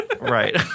Right